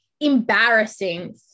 embarrassing